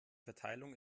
verteilung